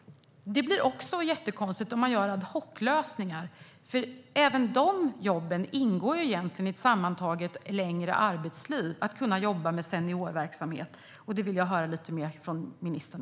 Det blir jättekonstigt om man gör ad hoc-lösningar, för även dessa jobb - att kunna jobba med seniorverksamhet - ingår egentligen i ett sammantaget längre arbetsliv. Det vill jag höra lite mer om från ministern.